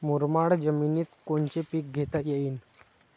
मुरमाड जमिनीत कोनचे पीकं घेता येईन?